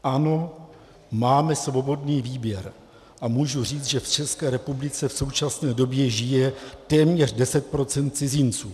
Ano, máme svobodný výběr a můžu říct, že v České republice v současné době žije téměř 10 % cizinců.